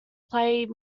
play